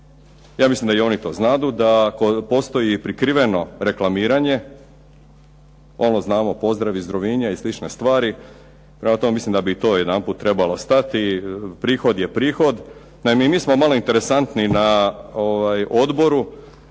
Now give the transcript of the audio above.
ja mislim da i oni to znadu da postoji prikriveno reklamiranje. Ono znamo pozdrav iz Rovinja i slične stvari, prema tome mislim da bi i to jedanput trebalo stati. Prihod je prihod, naime mi smo malo interesantni na odboru